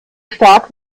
stark